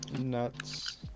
Nuts